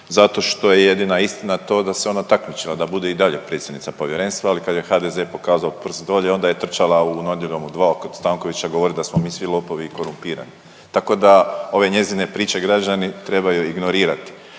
zato što je jedina istina to da se ona takmičila da bude i dalje predsjednica Povjerenstva, ali kad joj je HDZ pokazao prst dolje onda je trčala u „Nedjeljom u 2“ kod Stankovića govorit da smo mi svi lopovi i korumpirani. Tako da ove njezine priče građani trebaju ignorirati,